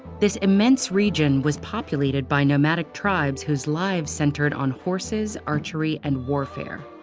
this immense region was populated by nomadic tribes whose lives centered on horses, archery, and warfare.